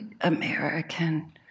American